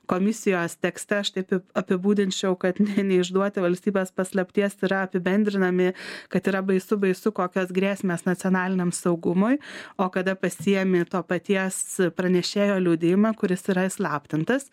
komisijos tekste aš taip apibūdinčiau kad neišduoti valstybės paslapties yra apibendrinami kad yra baisu baisu kokios grėsmės nacionaliniam saugumui o kada pasiemi to paties pranešėjo liudijimą kuris yra įslaptintas